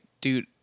dude